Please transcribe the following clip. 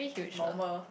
normal